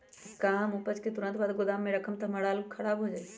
का हम उपज के तुरंत बाद गोदाम में रखम त हमार आलू खराब हो जाइ?